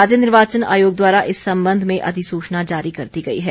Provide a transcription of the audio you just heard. राज्य निर्वाचन आयोग द्वारा इस संबंध में अधिसूचना जारी कर दी गई है